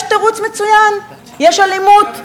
יש תירוץ מצוין: יש אלימות,